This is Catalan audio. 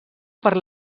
per